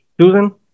Susan